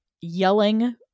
yelling